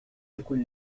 يكن